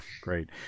great